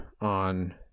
on